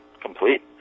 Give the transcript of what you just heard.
complete